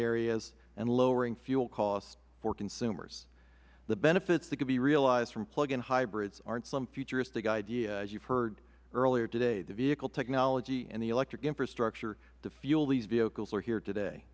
areas and lowering fuel costs for consumers the benefits that can be realized from plug in hybrids aren't some futuristic idea as you have heard earlier today the vehicle technology and the electric infrastructure fuel these vehicles is here today